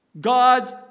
God's